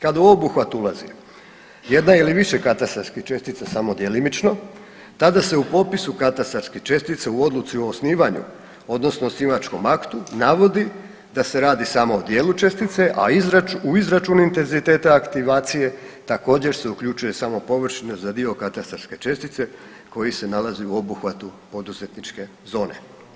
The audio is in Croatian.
Kad u obuhvat ulazi jedna ili više katastarskih čestica samo djelimično tada se u popisu katastarskih čestica u odluci o osnivanju odnosno osnivačkom aktu navodi da se radi samo o dijelu čestice, a u izračunu intenziteta aktivacije također se uključuje samo površina za dio katastarske čestice koji se nalazi u obuhvatu poduzetničke zone.